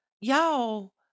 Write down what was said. y'all